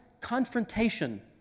confrontation